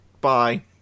bye